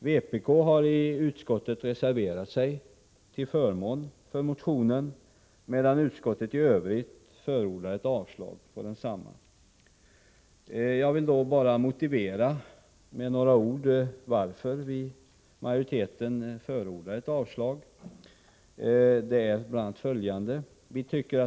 Vpk har i utskottet reserverat sig till förmån för motionen, medan utskottet i övrigt förordar ett avslag på densamma. Jag vill bara med några ord motivera varför utskottsmajoriteten förordar ett avslag.